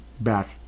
back